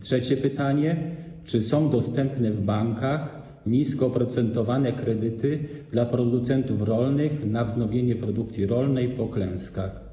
Trzecie pytanie: Czy są dostępne w bankach nisko oprocentowane kredyty dla producentów rolnych na wznowienie produkcji rolnej po klęskach?